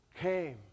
came